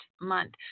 month